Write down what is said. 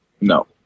No